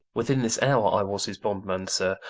within this hour i was his bondman, sir,